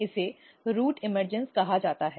इसे root emergence कहा जाता है